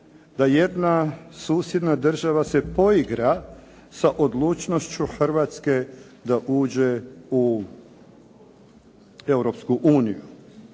da jedna susjedna država se poigra sa odlučnošću Hrvatske da uđe u